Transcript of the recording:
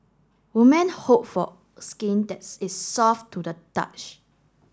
woman hope for skin that is soft to the touch